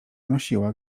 nosiła